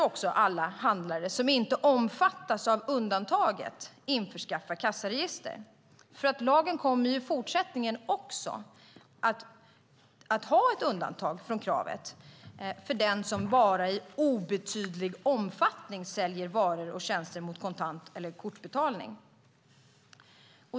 Alla handlare som inte omfattas av undantaget måste också införskaffa kassaregister. Lagen kommer dock även i fortsättningen att ha ett undantag från kravet för den som bara i "obetydlig omfattning" säljer varor och tjänster mot kontant betalning eller kortbetalning.